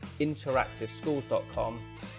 interactiveschools.com